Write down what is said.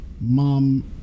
Mom